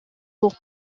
pour